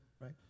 right